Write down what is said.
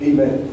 Amen